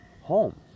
home